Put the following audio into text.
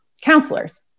counselors